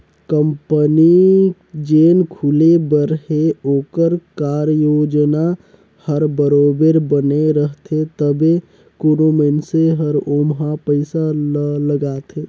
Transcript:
company जेन खुले बर हे ओकर कारयोजना हर बरोबेर बने रहथे तबे कोनो मइनसे हर ओम्हां पइसा ल लगाथे